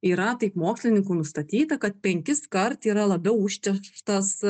yra taip mokslininkų nustatyta kad penkiskart yra labiau užterštas